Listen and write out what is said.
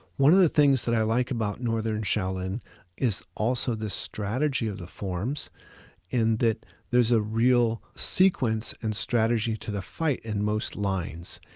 one of the things that i like about northern shaolin is also the strategy of the forms in that there's a real sequence and strategy to the fight in most lines.